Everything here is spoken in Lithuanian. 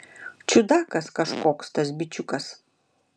čiudakas kažkoks tas bičiukas